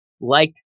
liked